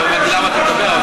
לא הבנתי למה אתה מדבר.